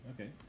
okay